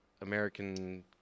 American